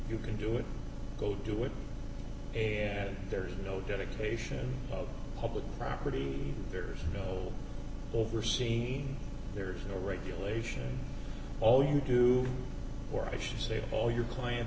you can do it go do it am there's no dedication of public property there's no overseen there's no regulation all you do or i should say all your client